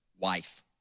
wife